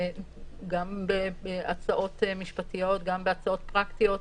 גם בהצעות משפטיות, גם בהצעות פרקטיות,